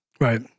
Right